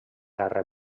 guerra